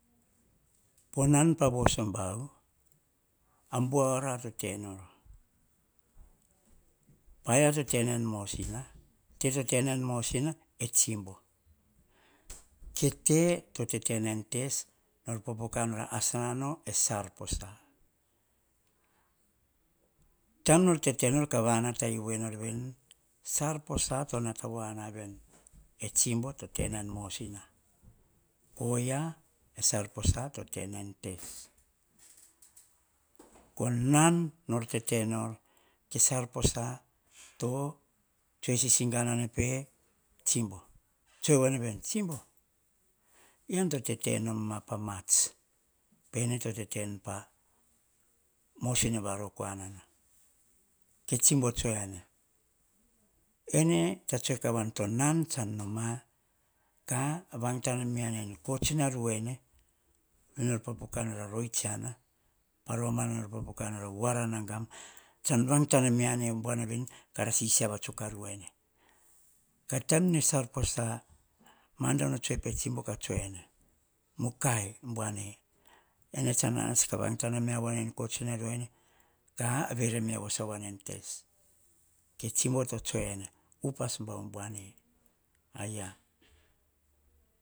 Poh nan pa voso buao, ah bua-orah toh te nora. Paaia toh tena en mosina, teto tena en mosina, e tsim bo. Tete to tena en tes, nor popoka nor asa no, ee salposa. Taim nor tete nor e tsibo totetena en mosin oyia. E salposa to tena en tes. Koh nam nor tete nor ke salposa toh tsoe sisi gana ne pe tsimbo. Tsoe voa ene veni, tsimbo, ean to tete noma pah mats. Pene to tete an pa mosina va rokoanana, ke tsimbo tsoe ene, ene ta tsoe kavaa to nan tsan noma kah op ane en kohtsina ruene. Vei nor popoka nor aroe tsiana, pa romana nor popoka nor vuara nan gam, tsan vang tana mia ane vonabin, kara sisiava tsuk aruene. Ka taim ne salposa madono tsoe pe tsibo kah tsoene, mukai vuane. Ene tsa nats kah vang tana me avoan koh tsina ruene kah vis mea voan en tes ke tsibo tsoe ene upas bau vuane. Aiya,